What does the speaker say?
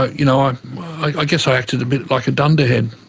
ah you know i i guess i acted a bit like a dunderhead.